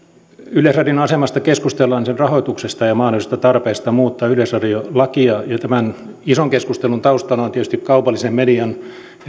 yleisradion asemasta keskustellaan sen rahoituksesta ja mahdollisista tarpeista muuttaa yleisradiolakia ja tämän ison keskustelun taustana ovat tietysti kaupallisen median